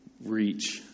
reach